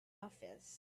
office